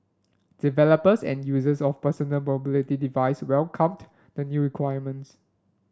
developers and users of personal mobility device welcomed the new requirements